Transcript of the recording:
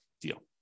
deal